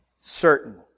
certain